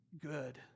good